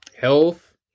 health